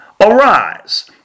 Arise